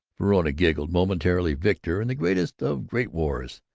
verona giggled, momentary victor in the greatest of great wars,